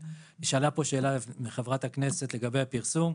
נשאלה פה על ידי חברת הכנסת שאלה לגבי הפרסום: